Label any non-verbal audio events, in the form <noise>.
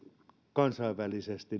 kansainvälisesti <unintelligible>